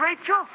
Rachel